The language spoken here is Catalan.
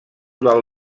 del